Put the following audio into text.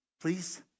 Please